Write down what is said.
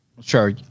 Sure